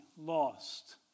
lost